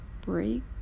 break